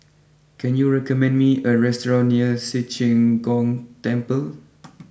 can you recommend me a restaurant near Ci Zheng Gong Temple